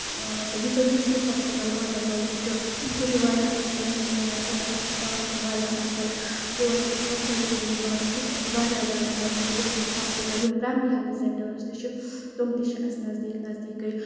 تہٕ یُس حظ ڈِسٹرکٹ ہوسپِٹل گاندربَلُک چھُ سُہ چھُ واریاہ اَصٕل مینٹینٔڈ چھُ تَتیُک سٔٹاف چھُ واریاہ اَصل تور چھِ أسۍ کَمفٲرٹِبٔلی واتان سُہ چھُ اَسہِ واریاہ زیادٕ نَزدیٖک ڈِسٹرک ہوسپِٹل یِم پرایمری ہیلتھ سینٹٲرٕس تہِ چھِ تِم تہِ چھِ اَسہِ نَزدیٖک نَزدیٖکٕے